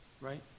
right